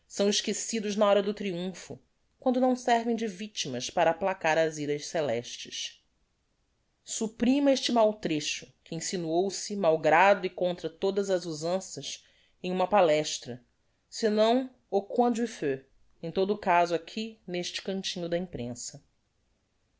são esquecidos na hora do triumpho quando não servem de victimas para aplacar as iras celestes supprima este máo trecho que insinuou se máo grado e contra todas as usanças em uma palestra sinão au coin du feu em todo o caso aqui n'este cantinho da imprensa